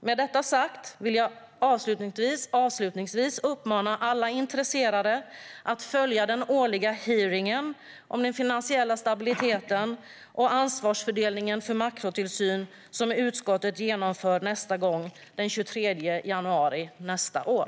Med detta sagt vill jag avslutningsvis uppmana alla intresserade att följa den årliga hearingen om den finansiella stabiliteten och ansvarsfördelningen för makrotillsyn som utskottet genomför nästa gång den 23 januari nästa år.